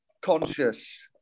Conscious